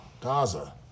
Gaza